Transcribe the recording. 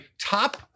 top